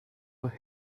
were